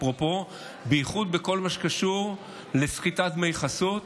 אפרופו, בייחוד לכל מה שקשור לסחיטת דמי חסות,